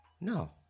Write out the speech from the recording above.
No